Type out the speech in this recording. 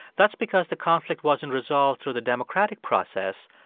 that's because the conflict wasn't resolved through the democratic process,